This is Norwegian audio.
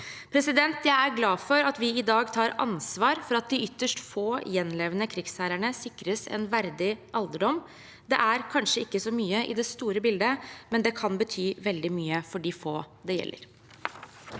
handling. Jeg er glad for at vi i dag tar ansvar for at de ytterst få gjenlevende krigsseilerne sikres en verdig alderdom. Det er kanskje ikke så mye i det store bildet, men det kan bety veldig mye for de få det gjelder.